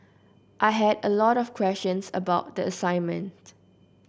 I had a lot of questions about the assignment